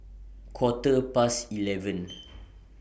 Quarter Past eleven